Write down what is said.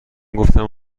گفتم